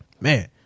Man